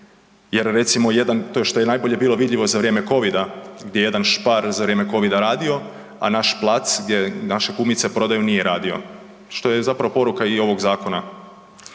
jer, recimo jedan, to je, što je najbolje bilo vidljivo za vrijeme Covida, gdje je jedan Spar za vrijeme Covida radio, a naš plac gdje naše kumice prodaju, nije radio, što je zapravo poruka i ovog zakona.